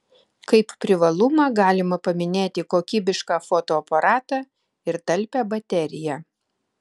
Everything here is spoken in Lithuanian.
kaip privalumą galima paminėti kokybišką fotoaparatą ir talpią bateriją